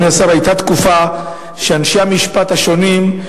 אדוני השר, היתה תקופה שאנשי המשפט השונים,